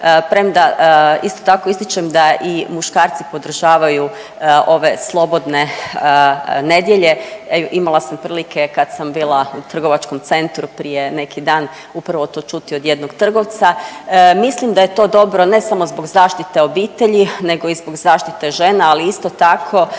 isto tako ističem da i muškarci podržavaju ove slobodne nedjelje. Imala sam prilike kad sam bila u trgovačkom centru prije neki dan upravo to čuti od jednog trgovca. Mislim da je to dobro ne samo zbog zaštite obitelji nego i zbog zaštite žena, ali isto tako